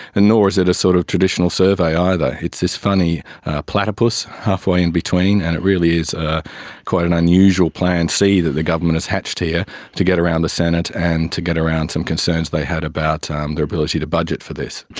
and nor is it a sort of traditional survey either, it's this funny platypus halfway in between and it really is ah quite an unusual plan c that the government has hatched here to get around the senate and to get around some concerns they had about um their ability to budget for this.